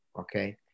okay